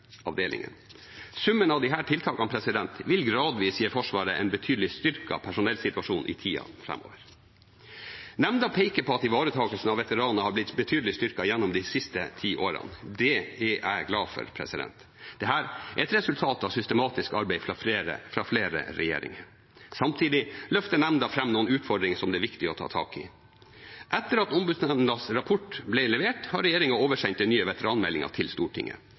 Summen av disse tiltakene vil gradvis gi Forsvaret en betydelig styrket personellsituasjon i tida framover. Nemnda peker på at ivaretakelsen av veteranene har blitt betydelig styrket gjennom de siste ti årene. Det er jeg glad for. Dette er et resultat av systematisk arbeid fra flere regjeringer. Samtidig løfter nemnda fram noen utfordringer som det er viktig å ta tak i. Etter at Ombudsmannsnemndas rapport ble levert, har regjeringen oversendt den nye veteranmeldingen til Stortinget.